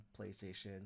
playstation